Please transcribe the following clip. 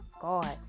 God